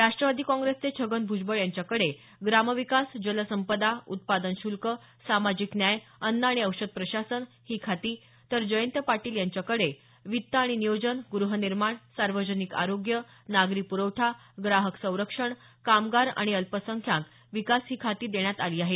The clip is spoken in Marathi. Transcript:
राष्ट्रवादी काँग्रेसचे छगन भुजबळ यांच्याकडे ग्रामविकास जलसंपदा उत्पादन शुल्क सामाजिक न्याय अन्न आणि औषध प्रशासन ही खाती तर जयंत पाटील यांच्याकडे वित्त आणि नियोजन ग्रहनिर्माण सार्वजनिक आरोग्य नागरी प्रवठा ग्राहक संरक्षण कामगार आणि अल्पसंख्याक विकास ही खाती देण्यात आली आहेत